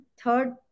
Third